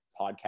podcast